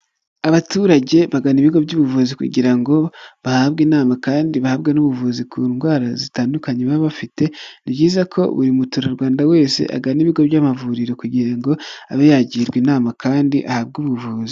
Abaturage bagana ibigo by'ubuvuzi kugira ngo bahabwe inama kandi bahabwe n'ubuvuzi ku ndwara zitandukanye baba bafite, ni byiza ko buri muturarwanda wese agana ibigo by'amavuriro, kugira ngo abe yagirwa inama kandi ahabwe ubuvuzi.